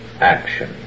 action